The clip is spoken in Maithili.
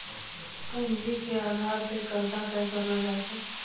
पूंजी के आधार पे कर्जा तय करलो जाय छै